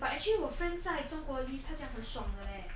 but actually 我 friend 在中国 live 他讲很爽的 leh